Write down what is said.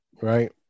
Right